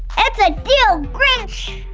it's a deal grinch!